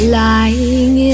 lying